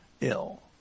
ill